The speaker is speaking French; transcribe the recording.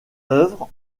œuvres